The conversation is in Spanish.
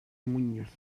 muñoz